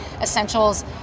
essentials